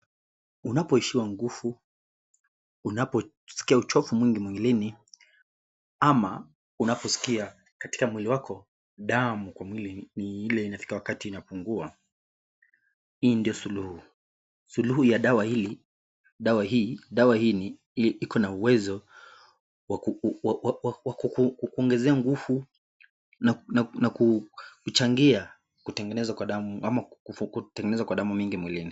Unapoishiwa nguvu unaposkia uchovu mwingi mwilini ama unaposkia katika mwili wako damu kwa mwili ni ile inafika mahali inapungua hii ndio suluhu, suluhu ya dawa hii, dawa hii iko na uwezo wakukwongezea nguvu na kuchangia kutengenezwa kwa damu ama kutengenezwa kwa damu mingi mwilini.